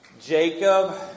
Jacob